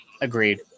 Agreed